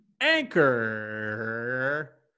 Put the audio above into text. Anchor